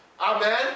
Amen